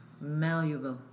malleable